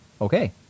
Okay